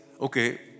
Okay